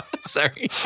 Sorry